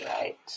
right